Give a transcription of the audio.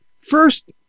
first